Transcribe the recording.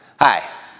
Hi